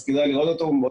כדאי לראות אותו.